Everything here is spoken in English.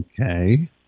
Okay